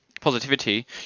positivity